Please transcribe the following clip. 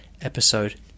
episode